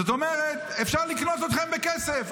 זאת אומרת שאפשר לקנות אתכם בכסף.